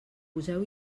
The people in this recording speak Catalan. poseu